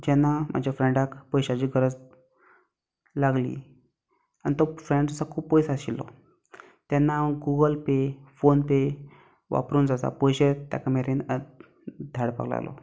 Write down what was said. जेन्ना म्हज्या फ्रेडाक पयशांची गरज लागली आनी तो फ्रेंड तसो खूब पयस आशिल्लो तेन्ना हांव गूगल पे फोन पे वापरून जो आसा पयशे ताज्या मेरेन धाडपाक लागलो